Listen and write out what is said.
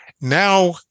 Now